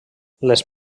les